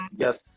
yes